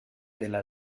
della